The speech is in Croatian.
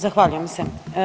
Zahvaljujem se.